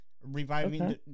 reviving